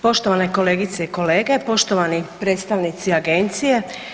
Poštovane kolegice i kolege, poštovani predstavnici agencije.